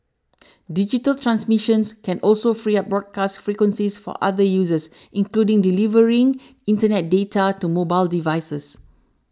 digital transmissions can also free up broadcast frequencies for other uses including delivering Internet data to mobile devices